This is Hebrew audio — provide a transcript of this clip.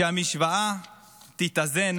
שהמשוואה תתאזן